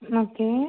okay